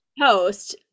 post